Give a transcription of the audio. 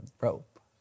rope